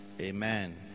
Amen